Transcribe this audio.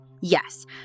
Yes